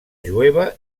jueva